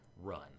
run